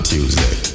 Tuesday